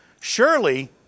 surely